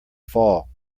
fall